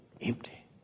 empty